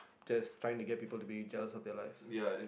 just trying to get people to be jealous of their lives